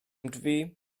drzwi